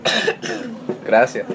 Gracias